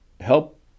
help